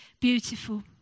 beautiful